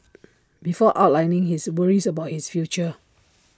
before outlining his worries about his future